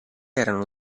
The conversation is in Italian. erano